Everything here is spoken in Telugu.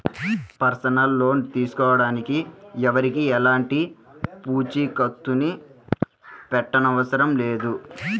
పర్సనల్ లోన్ తీసుకోడానికి ఎవరికీ ఎలాంటి పూచీకత్తుని పెట్టనవసరం లేదు